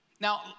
now